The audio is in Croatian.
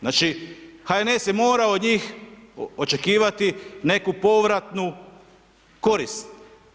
Znači, HNS je morao od njih, očekivati neku povratnu korist.